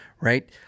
Right